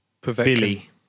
Billy